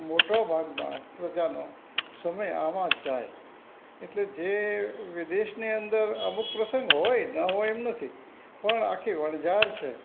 મોટો ભાગનો પ્રજાનો સમય આમાં જ જાય એટલે જે વિદેશની અંદર અમુક પ્રસંગ હોય ન હોય એમ નથી પણ આખી વણઝાર છે